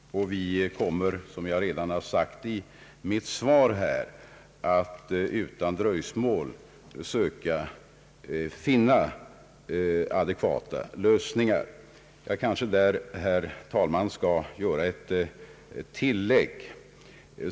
Vi kommer, som jag redan har sagt i mitt svar, att utan dröjsmål söka finna adekvata lösningar. Jag skall, herr talman, här göra ett tillägg.